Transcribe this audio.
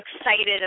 excited